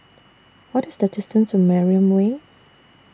What IS The distance to Mariam Way